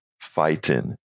fighting